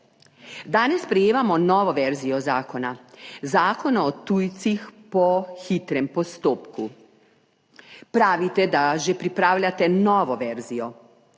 Danes sprejemamo novo verzijo zakona, Zakona o tujcih po hitrem postopku. Pravite, da že pripravljate novo verzijo,